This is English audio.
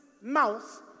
mouth